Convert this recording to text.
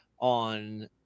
on